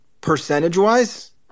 Percentage-wise